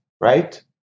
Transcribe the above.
right